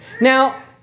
Now